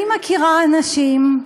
אני מכירה אנשים,